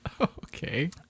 Okay